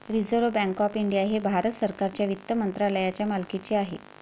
reserve Bank of India हे भारत सरकारच्या वित्त मंत्रालयाच्या मालकीचे आहे